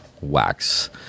wax